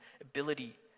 ability